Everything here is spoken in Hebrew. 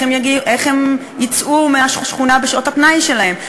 איך הם יצאו מהשכונה בשעות הפנאי שלהם?